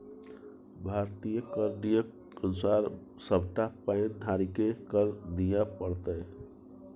भारतीय कर नियमक अनुसार सभटा पैन धारीकेँ कर दिअ पड़तै